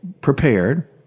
prepared